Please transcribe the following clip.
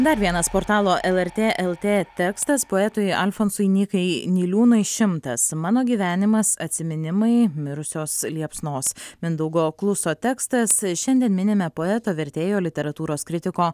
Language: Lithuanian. dar vienas portalo lrt lt tekstas poetui alfonsui nykai niliūnui šimtas mano gyvenimas atsiminimai mirusios liepsnos mindaugo kluso tekstas šiandien minime poeto vertėjo literatūros kritiko